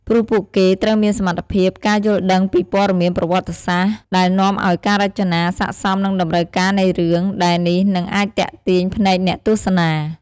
ព្រោះពួកគេត្រូវមានសមត្ថភាព ការយល់ដឹងពីព័ត៌មានប្រវត្តិសាស្ត្រ ដែលនាំឲ្យការរចនាស័ក្តិសមនឹងតម្រូវការនៃរឿង ដែលនេះនិងអាចទាក់ទាញភ្នែកអ្នកទស្សនា ។